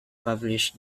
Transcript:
publish